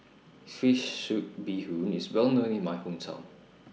Fish Soup Bee Hoon IS Well known in My Hometown